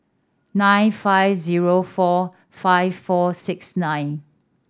nine five zero four five four six nine